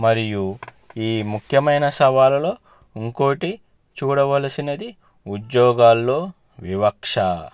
మరియు ఈ ముఖ్యమైన సవాళ్ళలో ఇంకొకటి చూడవలసింది ఉద్యోగాల్లో వివక్ష